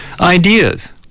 Ideas